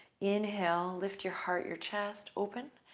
inhale. lift your heart, your chest open.